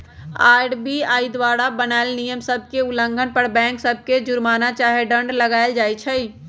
RBI द्वारा बनाएल नियम सभ के उल्लंघन पर बैंक सभ पर जुरमना चाहे दंड लगाएल किया जाइ छइ